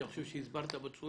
כי אני חושב שהסברת בצורה